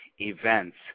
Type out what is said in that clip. events